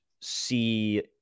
see